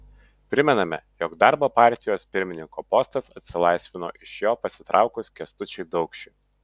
primename jog darbo partijos pirmininko postas atsilaisvino iš jo pasitraukus kęstučiui daukšiui